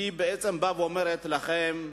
בעצם אומרת לכם: